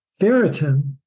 ferritin